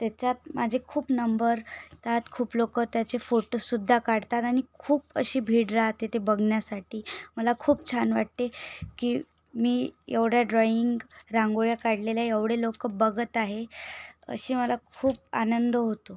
त्याच्यात माझे खूप नंबर त्यात खूप लोक त्याचे फोटोससुद्धा काढतात आणि खूप अशी भीड राहते ते बघण्यासाठी मला खूप छान वाटते की मी एवढ्या ड्रॉइंग रांगोळ्या काढलेल्या एवढे लोक बघत आहे अशी मला खूप आनंद होतो